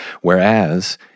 Whereas